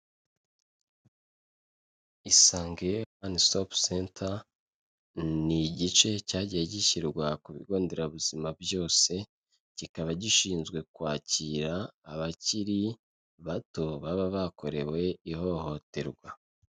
Isange wani sitopu senta ni igice cyagiye gishyirwa ku bigo nderabuzima byose kikaba gishinzwe kwakira abakiri bato baba bakorewe ihohoterwa.